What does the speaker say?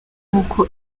uko